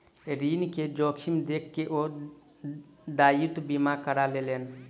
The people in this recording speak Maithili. ऋण के जोखिम देख के ओ दायित्व बीमा करा लेलैन